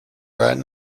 right